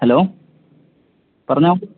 hello പറഞ്ഞോ